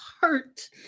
hurt